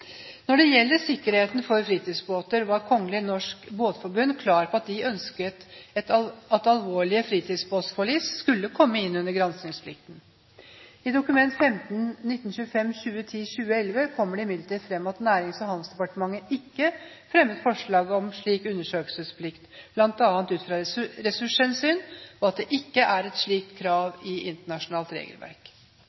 Når det gjelder sikkerheten for fritidsbåter, var Kongelig Norsk Båtforbund klar på at de ønsket at alvorlige fritidsbåtforlis skulle komme inn under granskingsplikten. I Dokument 15:1925 for 2010–2011 kommer det imidlertid fram at Nærings- og handelsdepartementet ikke fremmet forslag om slik undersøkelsesplikt, bl.a. ut fra ressurshensyn, og at det ikke er et slikt